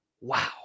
Wow